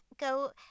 go